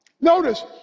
Notice